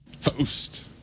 Host